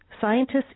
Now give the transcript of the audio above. Scientists